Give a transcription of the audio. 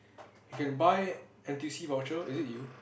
you can buy n_t_u_c voucher is it you